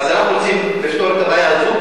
אז אנחנו רוצים לפתור את הבעיה הזאת,